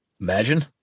Imagine